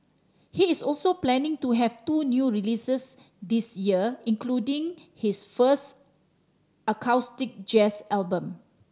he is also planning to have two new releases this year including his first acoustic jazz album